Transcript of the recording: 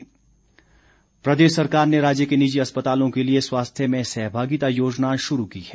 स्वास्थ्य योजना प्रदेश सरकार ने राज्य के निजी अस्पतालों के लिए स्वास्थ्य में सहभागिता योजना शुरू की है